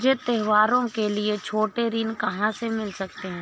मुझे त्योहारों के लिए छोटे ऋण कहाँ से मिल सकते हैं?